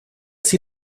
sie